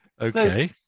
Okay